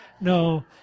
No